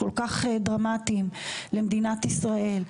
כל כך דרמטיים למדינת ישראל,